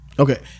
Okay